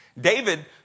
David